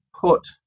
put